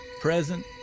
present